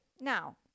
now